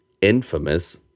infamous